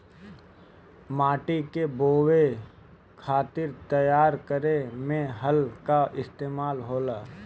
माटी के बोवे खातिर तैयार करे में हल कअ इस्तेमाल होला